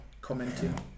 commenting